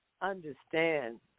understand